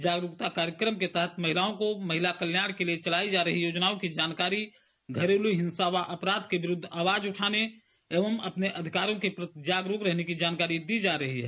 जागरूकता कार्यक्रम के तहत महिलाओं को महिला कल्याण के लिए चलाई जा रही योजनाओं की जानकारी घरेलू हिंसा व अपराध के विरुद्ध आवाज उठाने व अपने अधिकारों के प्रति जागरूक रहने की जानकारी दी जा रही है